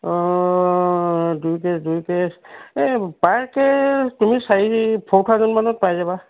দুই কেচ দুই কেচ এই পাই কে তুমি চাৰি ফ'ৰ থাউজেণ্ড মানত পাই যাবা